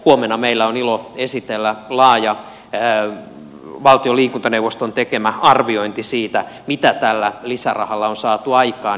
huomenna meillä on ilo esitellä laaja valtion liikuntaneuvoston tekemä arviointi siitä mitä tällä lisärahalla on saatu aikaan